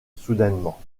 soudainement